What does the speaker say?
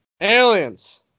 aliens